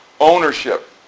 ownership